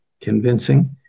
convincing